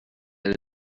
elle